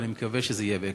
ואני מקווה שזה יהיה בהקדם.